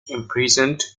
imprisoned